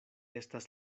estas